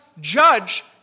judge